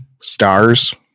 stars